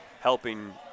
helping